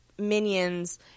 minions